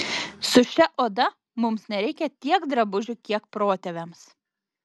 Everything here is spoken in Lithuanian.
su šia oda mums nereikia tiek drabužių kiek protėviams